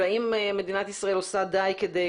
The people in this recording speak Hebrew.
והאם מדינת ישראל עושה די כדי